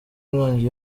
inkongi